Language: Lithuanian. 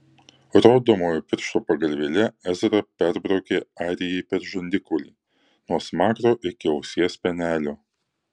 rodomojo piršto pagalvėle ezra perbraukė arijai per žandikaulį nuo smakro iki ausies spenelio